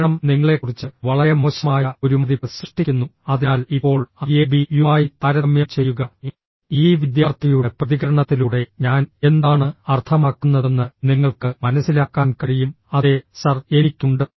അവതരണം നിങ്ങളെക്കുറിച്ച് വളരെ മോശമായ ഒരു മതിപ്പ് സൃഷ്ടിക്കുന്നു അതിനാൽ ഇപ്പോൾ a യെ b യുമായി താരതമ്യം ചെയ്യുക ഈ വിദ്യാർത്ഥിയുടെ പ്രതികരണത്തിലൂടെ ഞാൻ എന്താണ് അർത്ഥമാക്കുന്നതെന്ന് നിങ്ങൾക്ക് മനസിലാക്കാൻ കഴിയും അതെ സർ എനിക്ക് ഉണ്ട്